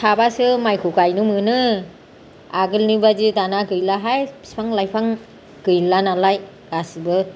थाबासो माइखौ गायनो मोनो आगोलनि बायदि दानिया गैलाहाय बिफां लाइफां गैला नालाय गासैबो